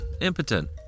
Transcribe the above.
impotent